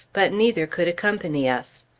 but neither could accompany us.